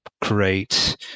create